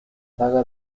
saga